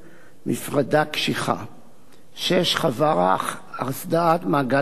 מפרדה קשיחה, 6. חווארה, הסדרת מעגל תנועה,